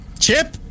Chip